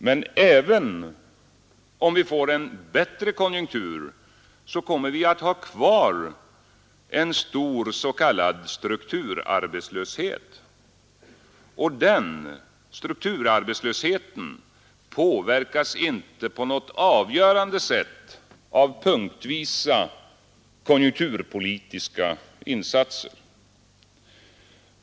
Men även om vi får en bättre konjunktur kommer vi att ha kvar en stor s.k. strukturarbetslöshet. Och den påverkas inte på något avgörande sätt av punktvisa konjunkturpolitiska insatser.